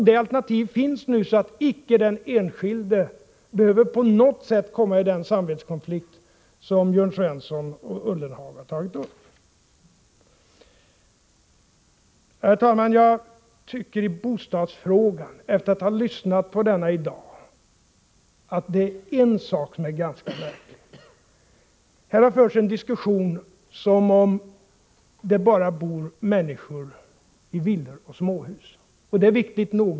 Det alternativet finns nu, och därför behöver inte den enskilde på något sätt komma i den samvetskonflikt som Jörn Svensson och Jörgen Ullenhag här har tagit upp. Herr talman! Efter att ha lyssnat till debatten i bostadsfrågan i dag, tycker jag att en sak är ganska klar. Här har förts en diskussion som om människor bara bor i villor och småhus. Det är viktigt nog.